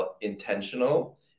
intentional